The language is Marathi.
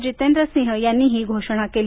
जितेंद्रसिंह यांनी ही घोषणा केली